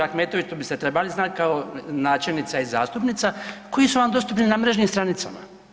Ahmetović to biste trebali znati kao načelnica i zastupnica, koji su vam dostupni na mrežnim stranicama.